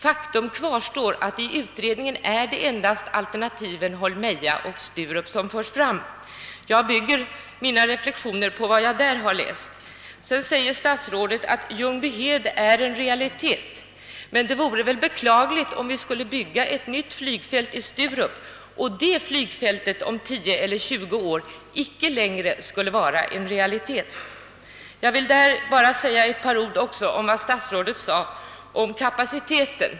Faktum kvarstår att i utredningen är det endast alternativen Holmeja och Sturup som redovisas. Jag bygger mina reflexioner på vad jag har läst i utredningen. Statsrådet säger sedan att Ljungbyhed är en realitet. Men det vore väl beklagligt om vi skulle bygga ett nytt flygfält i Sturup och det flygfältet om 10 eller 20 år inte längre skulle kunna vara en realitet? Jag vill också säga några ord beträffande kapaciteten.